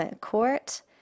court